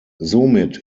somit